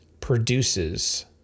produces